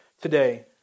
today